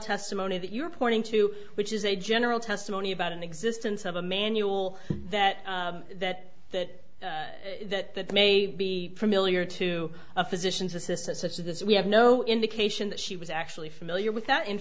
testimony that you're pointing to which is a general testimony about an existence of a manual that that that that may be familiar to a physician's assistant such as we have no indication that she was actually familiar with that in